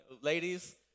ladies